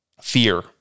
fear